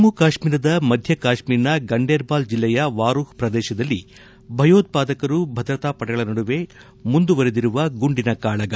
ಜಮ್ನು ಕಾಶ್ಮೀರದ ಮಧ್ಯ ಕಾಶ್ಮೀರ್ನ ಗಂಡೇರ್ಬಾಲ್ ಜಿಲ್ಲೆಯ ವಾರೂಹ್ ಪ್ರದೇಶದಲ್ಲಿ ಭಯೋತ್ವಾದಕರು ಭದ್ರತಾ ಪಡೆಗಳ ನಡುವೆ ಮುಂದುವರಿದಿರುವ ಗುಂಡಿನ ಕಾಳಗೆ